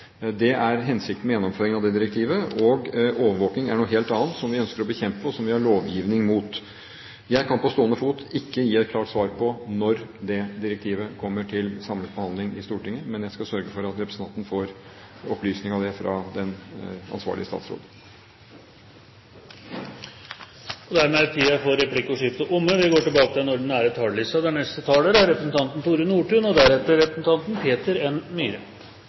Det er hensikten med gjennomføringen av det direktivet. Overvåking er noe helt annet, som vi ønsker å bekjempe, og som vi har lovgivning mot. Jeg kan på stående fot ikke gi et klart svar på når det direktivet kommer til samlet behandling i Stortinget, men jeg skal sørge for at representanten får opplysninger om det fra den ansvarlige statsråd. Replikkordskiftet er omme. En takk til utenriksministeren for redegjørelsen på en rekke områder som er utfordrende og